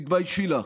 תתביישי לך.